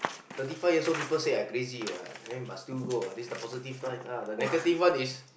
thirty five years old say I crazy [what] then but still go this the positive light but the negative one is